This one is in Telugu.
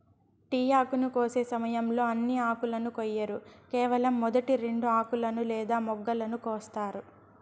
టీ ఆకును కోసే సమయంలో అన్ని ఆకులను కొయ్యరు కేవలం మొదటి రెండు ఆకులను లేదా మొగ్గలను కోస్తారు